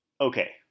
Okay